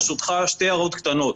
ברשותך, שתי הערות קצרות.